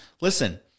listen